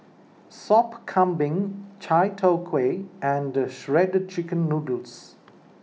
Sop Kambing Chai Tow Kuay and Shredded Chicken Noodles